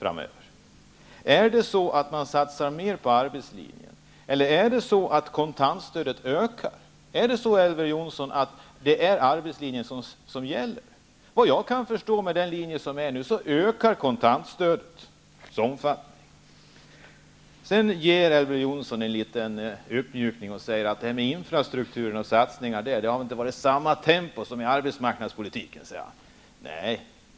Satsar man mer på arbetslinjen, eller ökar kontantstödet? Är det arbetslinjen som gäller? Vad jag kan förstå ökar kontantstödet. Elver Jonsson försöker mjuka upp det hela genom att säga att när det gäller infrastrukturen och satsningar på den har man inte hållit samma tempo som i arbetsmarknadspolitiken.